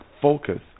Focus